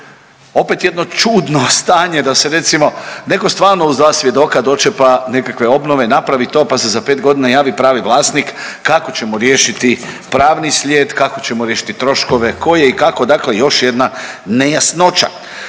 Opet jedno čudno stanje da se recimo netko stvarno uz dva svjedoka dočepa nekakve obnove, napravi to, pa se za pet godina javi pravi vlasnik kako ćemo riješiti pravni slijed, kako ćemo riješiti troškove tko je i kako, dakle još jedna nejasnoća.